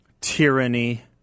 tyranny